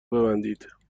ببندید